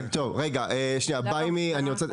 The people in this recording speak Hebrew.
Buy Me,